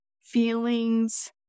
feelings